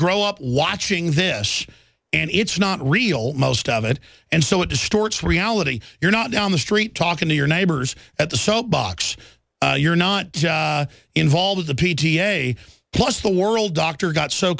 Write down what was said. grow up watching this and it's not real most of it and so it distorts reality you're not down the street talking to your neighbors at the soap box you're not involved in the p t a plus the world dr got so